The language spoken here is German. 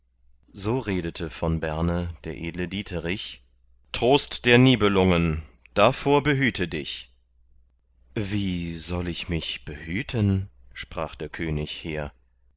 so redete von berne der edle dieterich trost der nibelungen davor behüte du dich wie soll ich mich behüten sprach der könig hehr